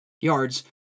yards